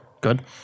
good